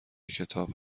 کتاب